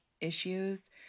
issues